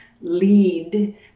lead